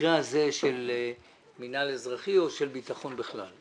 במקרה הזה של מינהל אזרחי או של ביטחון בכלל.